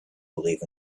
believe